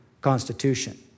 constitution